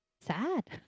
sad